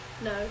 No